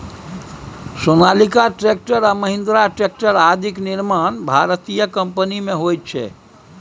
Sonalika tractor आ Mahindra tractor आदिक निर्माण भारतीय कम्पनीमे होइत छै